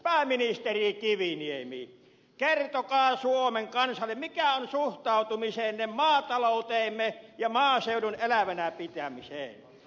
pääministeri kiviniemi kertokaa suomen kansalle mikä on suhtautumisenne maatalouteemme ja maaseudun elävänä pitämiseen